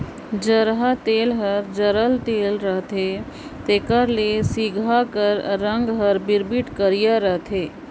जरहा तेल हर जरल तेल रहथे तेकर ले सिगहा कर रग हर बिरबिट करिया रहथे